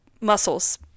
muscles